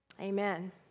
Amen